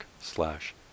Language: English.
slash